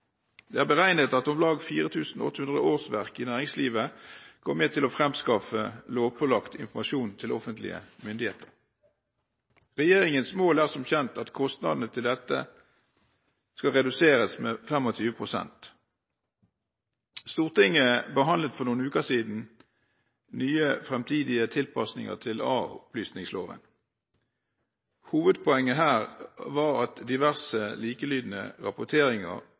Det er beregnet at om lag 4 800 årsverk i næringslivet går med til å fremskaffe lovpålagt informasjon til offentlige myndigheter. Regjeringens mål er som kjent at kostnadene til dette skal reduseres med 25 pst. Stortinget behandlet for noen uker siden nye fremtidige tilpasninger til a-opplysningsloven. Hovedpoenget var at diverse likelydende rapporteringer